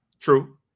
True